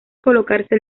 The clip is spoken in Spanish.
colocarse